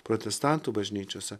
protestantų bažnyčiose